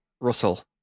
Russell